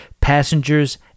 passengers